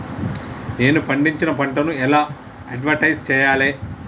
నేను పండించిన పంటను ఎలా అడ్వటైస్ చెయ్యాలే?